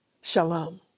Shalom